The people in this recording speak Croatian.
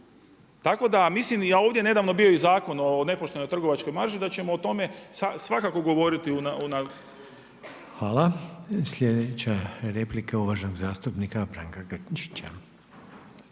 Tako da mislim, ovdje je nedavno bio i Zakon o nepoštenoj trgovačkoj marži da ćemo o tome svakako govoriti. **Reiner, Željko (HDZ)** Hvala. Sljedeća replika je uvaženog zastupnika Branka Grčića.